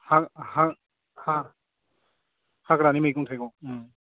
हाग्रानि मैगं थाइगं